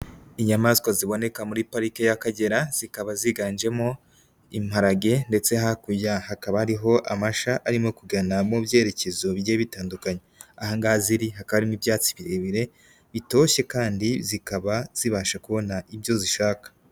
Inyamaswa ziboneka muri pariki y'Akagera, zikaba ziganjemo imparage ndetse hakurya hakaba hariho amasha arimo kugana mu byerekezo bigiye bitandukanye, aha ngaha ziri hakaba harimo ibyatsi birebire bitoshye kandi zikaba zibasha kubona ibyo zishaka.